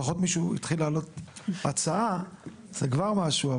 לפחות מישהו התחיל להעלות הצעה, זה כבר משהו.